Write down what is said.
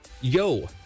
yo